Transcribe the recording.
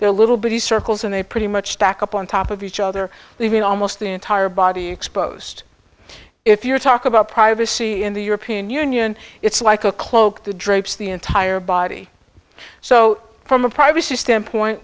they're a little bit he circles and they pretty much back up on top of each other leaving almost the entire body exposed if you talk about privacy in the european union it's like a cloak the drapes the entire body so from a privacy standpoint